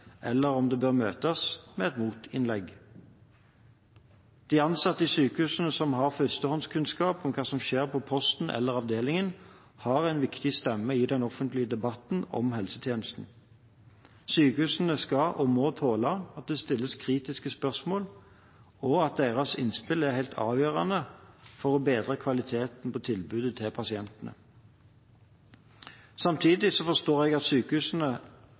eller om den bør møtes med et motinnlegg. De ansatte i sykehusene som har førstehåndskunnskap om hva som skjer på posten eller avdelingen, har en viktig stemme i den offentlige debatten om helsetjenesten. Sykehusene skal og må tåle at det stilles kritiske spørsmål, og deres innspill er helt avgjørende for å bedre kvaliteten på tilbudet til pasientene. Samtidig forstår jeg at sykehusene